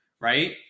right